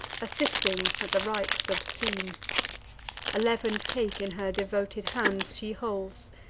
assisting at the rites obscene a leaven'd cake in her devoted hands she holds,